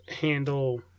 handle